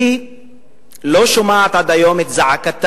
היא לא שומעת עד היום את זעקתם,